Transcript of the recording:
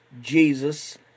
Jesus